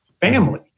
family